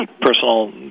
personal